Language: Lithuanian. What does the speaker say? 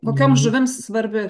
kokioms žuvims svarbi